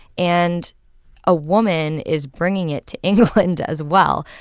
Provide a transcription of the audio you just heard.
and a woman is bringing it to england as well,